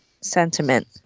sentiment